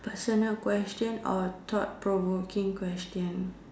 personal question or thought provoking question